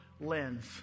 lens